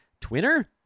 Twitter